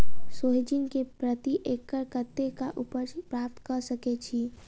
सोहिजन केँ प्रति एकड़ कतेक उपज प्राप्त कऽ सकै छी?